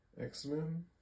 X-Men